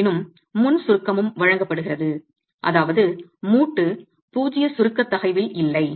இருப்பினும் முன் சுருக்கமும் வழங்கப்படுகிறது அதாவது மூட்டு பூஜ்ஜிய சுருக்கத் தகைவில் இல்லை